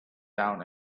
down